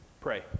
pray